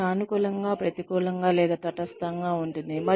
ఇది సానుకూలంగా ప్రతికూలంగా లేదా తటస్థంగా ఉంటుంది